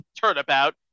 Turnabout